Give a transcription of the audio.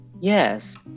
Yes